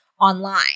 online